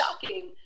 shocking